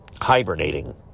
hibernating